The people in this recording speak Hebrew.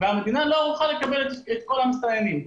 והמדינה לא ערוכה לקבל את כל המסתננים.